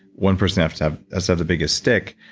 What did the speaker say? one person have to have so the biggest stick,